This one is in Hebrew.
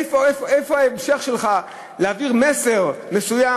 איפה ההמשך שלך כדי להעביר מסר מסוים,